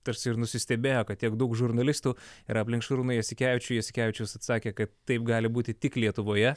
tarsi ir nusistebėjo kad tiek daug žurnalistų yra aplink šarūną jasikevičių jasikevičius atsakė kad taip gali būti tik lietuvoje